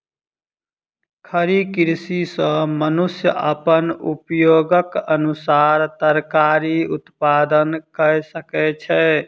खड़ी कृषि सॅ मनुष्य अपन उपयोगक अनुसार तरकारी उत्पादन कय सकै छै